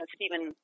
Stephen